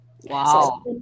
Wow